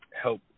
help